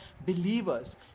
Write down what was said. believers